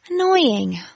Annoying